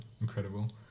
incredible